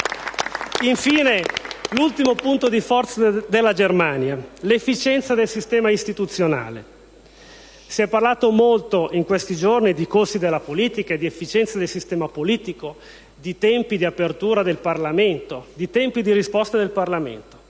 Infine, l'ultimo punto di forza della Germania: l'efficienza del sistema istituzionale. Si è parlato molto in questi giorni di costi della politica e di efficienza del sistema politico, di tempi di apertura del Parlamento, di tempi di risposta del Parlamento.